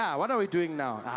yeah what are we doing now?